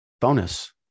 bonus